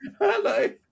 Hello